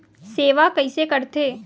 सेवा कइसे करथे?